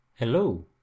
Hello